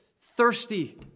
thirsty